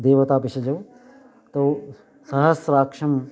देवताभिषजौ तौ सहस्राक्षं